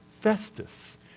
Festus